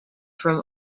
from